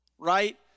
right